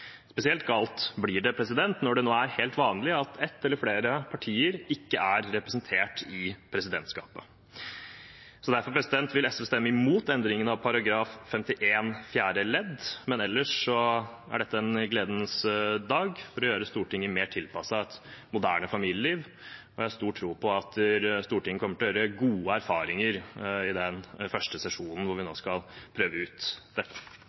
Spesielt galt blir det når det nå er helt vanlig at ett eller flere partier ikke er representert i presidentskapet. Derfor vil SV stemme imot endringen av § 51 fjerde ledd. Men ellers er dette en gledens dag for å gjøre Stortinget mer tilpasset et moderne familieliv, og jeg har stor tro på at Stortinget kommer til å gjøre gode erfaringer i den første sesjonen hvor vi nå skal prøve ut dette.